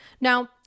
Now